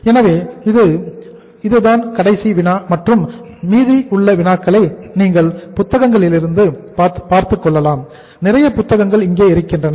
எனவே இது தான் கடைசி வினா மற்றும் மீதி உள்ள வினாக்களை நீங்கள் புத்தகங்களிலிருந்து பார்த்துக்கொள்ளலாம் நிறைய புத்தகங்கள் இங்கே இருக்கின்றன